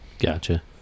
gotcha